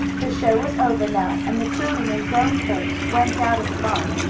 the show was over now, and the children and grown folks went out of the barn.